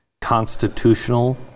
constitutional